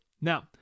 Now